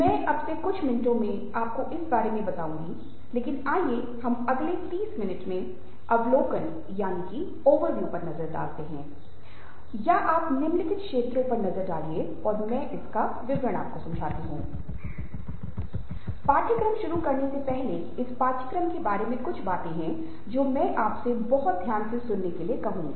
मैं अब से कुछ मिनटों में आपको इस बारे में बताऊंगा लेकिन आइए हम अगले 30 मिनट में अवलोकन पर नजर डालते हैं या आप निम्नलिखित क्षेत्रों पर नजर डालिये और मैं इसका विवरण आपको समझाता हूँ पाठ्यक्रम शुरू करने से पहले इस पाठ्यक्रम के बारे में कुछ बातें हैं जो मैं आपसे बहुत ध्यान से सुनने के लिए कहूंगा